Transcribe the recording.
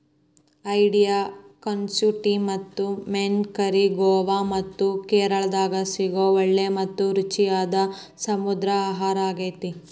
ಏಡಿಯ ಕ್ಸಾಕುಟಿ ಮತ್ತು ಮೇನ್ ಕರಿ ಗೋವಾ ಮತ್ತ ಕೇರಳಾದಾಗ ಸಿಗೋ ಒಳ್ಳೆ ಮತ್ತ ರುಚಿಯಾದ ಸಮುದ್ರ ಆಹಾರಾಗೇತಿ